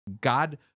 God